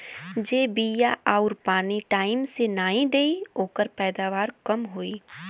जे बिया आउर पानी टाइम से नाई देई ओकर पैदावार कम होई